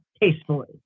tastefully